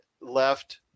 left